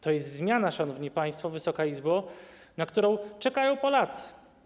To jest zmiana, szanowni państwo, Wysoka Izbo, na którą czekają Polacy.